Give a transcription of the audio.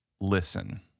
listen